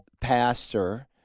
pastor